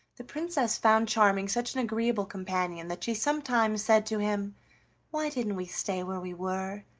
the princess found charming such an agreeable companion that she sometimes said to him why didn't we stay where we were?